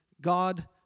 God